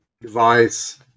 device